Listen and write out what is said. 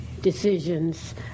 decisions